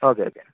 okay okay